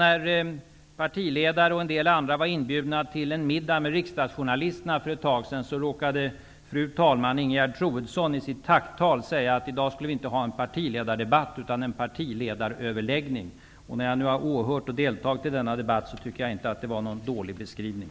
När partiledare och en del andra var inbjudna till en middag med riksdagsjournalisterna för ett tag sedan råkade fru talmannen Ingegerd Troedsson i sitt tacktal säga att vi i dag skulle ha inte en partiledardebatt utan en partiledaröverläggning. När jag nu har åhört och deltagit i denna debatt tycker jag inte att det var någon dålig beskrivning.